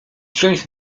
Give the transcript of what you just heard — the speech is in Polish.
część